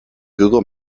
google